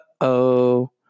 uh-oh